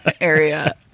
area